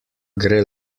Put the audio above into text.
gre